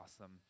awesome